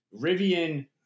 Rivian